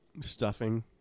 stuffing